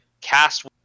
cast